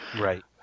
right